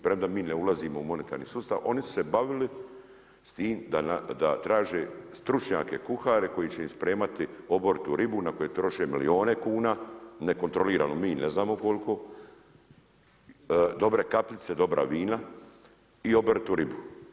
Premda mi ne ulazimo u monetarni sustav, oni su se bavili s tim da traže stručnjake kuhare koji će im spremati obaritu ribu, na koju troše milijunu kuna, nekontrolirano, mi ne znamo koliko, dobre kapljice, dobra vina i obaritu ribu.